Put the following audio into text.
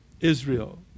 Israel